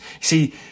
See